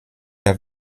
der